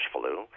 flu